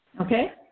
Okay